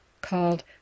called